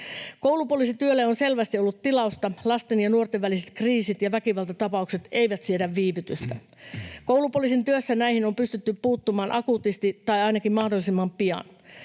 Koulupoliisityölle on selvästi ollut tilausta. Lasten ja nuorten väliset kriisit ja väkivaltatapaukset eivät siedä viivytystä. Koulupoliisin työssä näihin on pystytty puuttumaan akuutisti tai ainakin mahdollisimman pian.